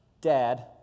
dad